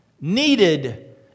Needed